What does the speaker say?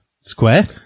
Square